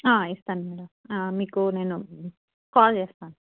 ఇస్తాను మేడమ్ మీకు నేను కాల్ చేస్తాను